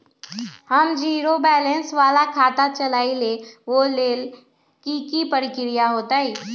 हम zero balance वाला खाता चाहइले वो लेल की की प्रक्रिया होतई?